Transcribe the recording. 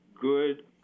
good